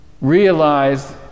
realize